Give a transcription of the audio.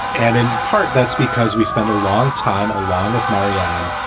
and in part that's because we spent a long time, along with marianne,